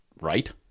right